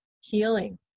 healing